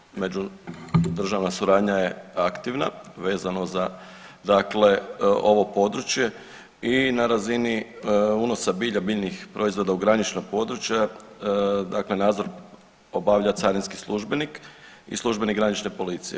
Dakle, međudržavna suradnja je aktivna vezano za dakle ovo područje i na razini unosa bilja i biljnih proizvoda u granična područja, dakle nadzor obavlja carinski službenik i službenik granične policije.